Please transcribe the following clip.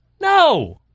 No